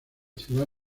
ciudad